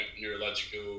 neurological